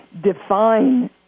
define